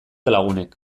lagunek